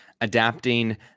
adapting